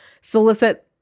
solicit